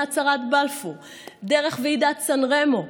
מהצהרת בלפור דרך ועידת סן רמו.